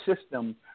system